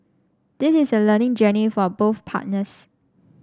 this is a learning journey for a both partners